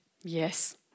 Yes